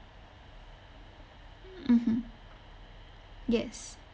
mmhmm yes